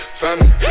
family